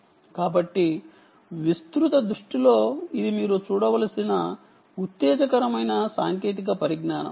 కాబట్టి విస్తృత దృష్టిలో ఇది మీరు చూడవలసిన ఉత్తేజకరమైన సాంకేతిక పరిజ్ఞానం